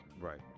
Right